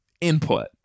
input